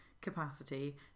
capacity